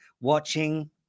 watching